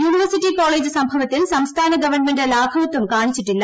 university college സംഭവത്തിൽ സംസ്ഥാന government ലാഘവത്വം കാണിച്ചിട്ടില്ല